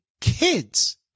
kids